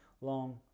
long